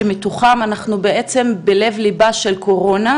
שמתוכם אנחנו בעצם בלב ליבה של הקורונה,